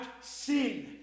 sin